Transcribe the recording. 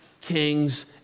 kings